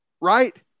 right